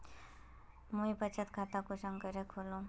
मुई बचत खता कुंसम करे खोलुम?